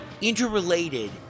interrelated